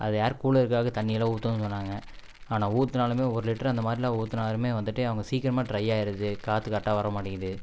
அது ஏர் கூலருக்காக தண்ணியெல்லாம் ஊத்தணுன்னு சொன்னாங்க ஆனால் ஊத்துனாலுமே ஒரு லிட்ரு அந்த மாதிரிலாம் ஊற்றுனாலுமே வந்துட்டு அவங்க சீக்கிரமா ட்ரை ஆகிருது காத்து கரெக்டாக வர மாட்டேங்கிது